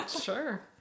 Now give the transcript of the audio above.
Sure